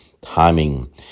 timing